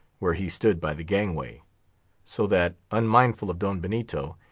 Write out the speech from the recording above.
where he stood by the gangway so, that, unmindful of don benito,